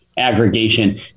aggregation